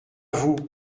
vous